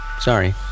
Sorry